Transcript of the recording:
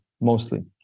mostly